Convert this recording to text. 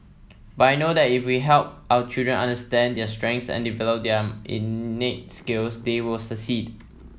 but I know that if we help our children understand their strengths and develop their innate skills they will succeed